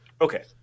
okay